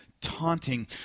taunting